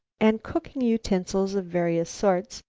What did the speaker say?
and cooking utensils of various sorts,